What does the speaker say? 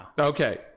Okay